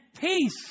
peace